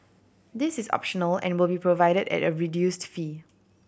this is optional and will be provided at a reduced fee